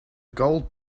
gold